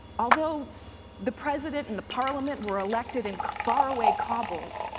although the president and the parliament were elected in far away kabul,